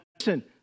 listen